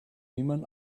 women